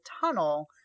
tunnel